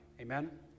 Amen